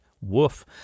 Woof